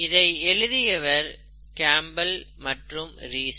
இதை எழுதியவர் கேம்பல் மற்றும் ரீஸ்